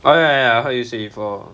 oh ya ya ya heard you say before